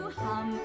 hum